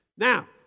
Now